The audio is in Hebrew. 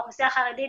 האוכלוסייה החרדית